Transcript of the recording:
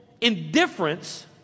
indifference